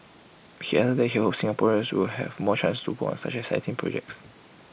he added that he hopes Singaporeans will have more chances to work on such exciting projects